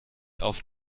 auf